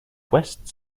west